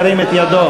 ירים את ידו.